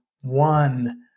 one